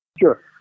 Sure